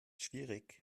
schwierig